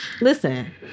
listen